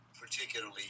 particularly